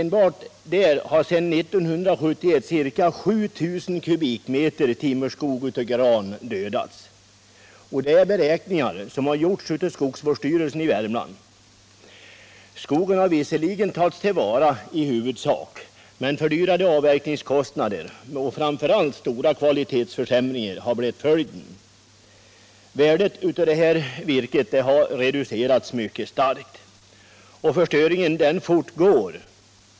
Enbart där har sedan 1971 ca 7 000 kubikmeter timmerskog av gran dödats. Det framgår av beräkningar som har gjorts av skogsvårdsstyrelsen i Värmland. Skogen har visserligen tagits till vara i huvudsak, men fördyrade avverkningskostnader och framför allt stor kvalitetsförsämring har blivit följden. Värdet av detta virke har reducerats mycket starkt, och förstöringen fortgår.